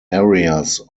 areas